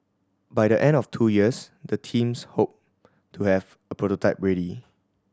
by the end of two years the teams hope to have a prototype ready